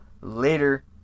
Later